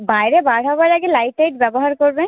বাইরে বার হবার আগে লাইট টাইট ব্যবহার করবেন